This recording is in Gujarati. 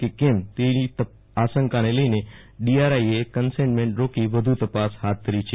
કે કેમ તેવી આશંકાને લઈને ડીઆરઆઈ એ કન્સાઈન્ટમેન્ટ રોકી વધુ તપાસ હાથ ધરી છે